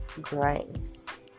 grace